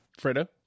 Fredo